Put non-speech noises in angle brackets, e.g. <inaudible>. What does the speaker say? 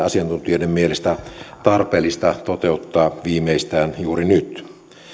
<unintelligible> asiantuntijoiden mielestä tarpeellista toteuttaa viimeistään juuri nyt